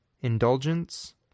Indulgence